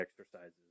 exercises